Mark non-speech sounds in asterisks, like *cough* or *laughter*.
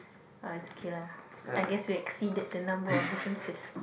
uh it's okay lah *breath* I guess we exceeded the number of differences